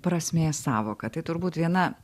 prasmės sąvoka tai turbūt viena